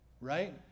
right